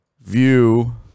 View